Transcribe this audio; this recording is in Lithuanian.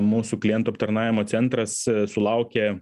mūsų klientų aptarnavimo centras sulaukė